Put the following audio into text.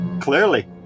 Clearly